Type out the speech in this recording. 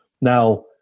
now